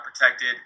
protected